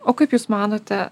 o kaip jūs manote